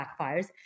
backfires